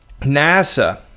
NASA